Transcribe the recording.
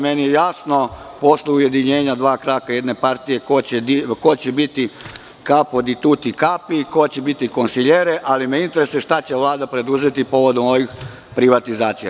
Meni je jasno posle ujedinjenja dva kraka jedne partije ko će biti „kapo di tuti kapi“ i ko će biti „konsiljere“, ali me interesuje šta će Vlada preduzeti povodom ovih privatizacija.